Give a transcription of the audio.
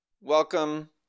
Welcome